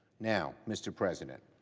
now, mr. president,